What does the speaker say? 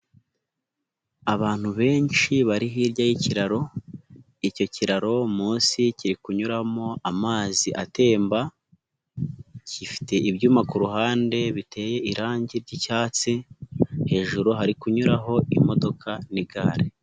Abantu benshi bari hirya y'ikiraro, icyo kiraro munsi kiri kunyuramo amazi atemba, gifite ibyuma ku ruhande biteye irangi ry'icyatsi, hejuru hari kunyuraho imodoka n'igare.